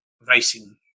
racing